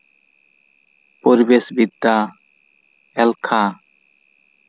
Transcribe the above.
ᱯᱚᱨᱤᱵᱮᱥ ᱵᱤᱫᱽᱫᱟ ᱮᱞᱠᱷᱟ